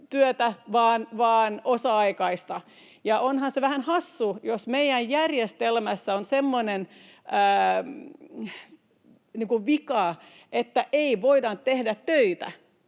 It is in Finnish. työtä vaan vain osa-aikaista. Onhan se vähän hassua, jos meidän järjestelmässä on semmoinen vika, että ei voida tehdä töitä.